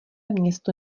město